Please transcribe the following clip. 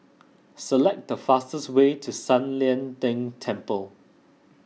select the fastest way to San Lian Deng Temple